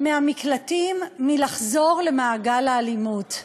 מהמקלטים לחזור למעגל האלימות?